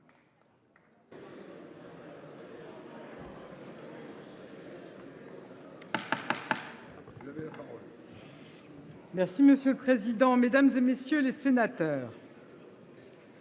Sénat. Monsieur le président, mesdames, messieurs les sénateurs,